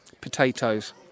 potatoes